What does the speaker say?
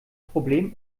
problem